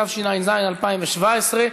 התשע"ז 2017,